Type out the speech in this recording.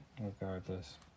regardless